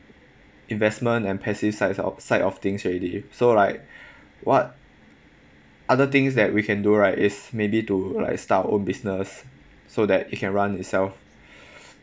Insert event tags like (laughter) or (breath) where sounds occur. investment and passive sides of side of things already so like (breath) what other things that we can do right is maybe to like start our own business so that it can run itself (breath)